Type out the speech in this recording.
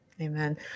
Amen